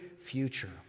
future